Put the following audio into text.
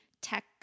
tech